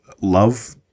love